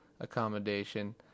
accommodation